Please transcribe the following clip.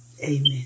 Amen